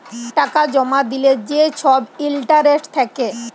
টাকা জমা দিলে যে ছব ইলটারেস্ট থ্যাকে